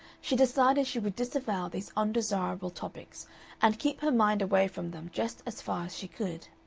she decided she would disavow these undesirable topics and keep her mind away from them just as far as she could,